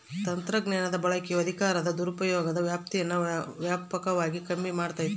ತಂತ್ರಜ್ಞಾನದ ಬಳಕೆಯು ಅಧಿಕಾರದ ದುರುಪಯೋಗದ ವ್ಯಾಪ್ತೀನಾ ವ್ಯಾಪಕವಾಗಿ ಕಮ್ಮಿ ಮಾಡ್ತತೆ